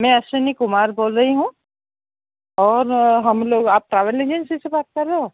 मैं अशविनी कुमार बोल रही हूँ और हम लोग आप ट्रैवल एजेन्सी से बात कर रहे हो